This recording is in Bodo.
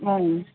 ओं